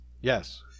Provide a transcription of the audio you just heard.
yes